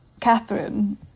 Catherine